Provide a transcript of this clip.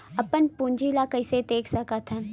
अपन पूंजी ला कइसे देख सकत हन?